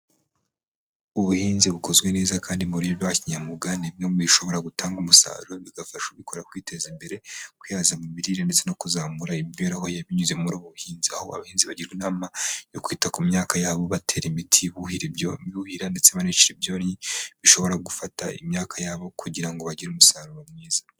Ubuhinzi bukozwe neza kandi mu buryo bwa kinyamwuga, ni bimwe mubishobora gutanga umusaruro, bigafasha ubikora kwiteza imbere, kwihaza mu mirire ndetse no kuzamura imibereho ye, binyuze muri ubu buhinzi. Aho abahinzi bagirwa inama yo kwita ku myaka yabo batera imiti, buhira, ndetse banicira ibyonnyi bishobora gufata imyaka yabo kugira ngo bagire umusaruro mwiza.